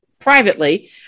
privately